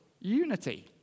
unity